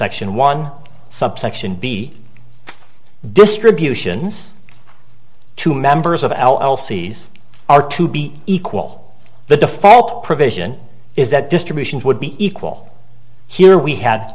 section one subsection b distributions to members of al all cs are to be equal the default provision is that distributions would be equal here we had